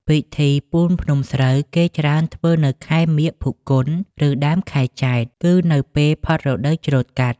ពិធីពូនភ្នំសូ្រវគេច្រើនធ្វើនៅខែមាឃ-ផល្គុន ឬដើមខែចេត្រ គឺនៅពេលផុតរដូវច្រូតកាត់។